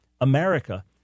America